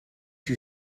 you